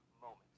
moment